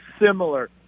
similar